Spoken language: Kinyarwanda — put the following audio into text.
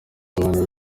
abantu